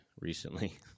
recently